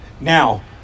Now